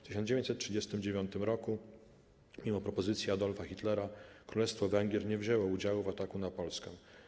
W 1939 roku, mimo propozycji Adolfa Hitlera, Królestwo Węgier nie wzięło udziału w ataku na Polskę.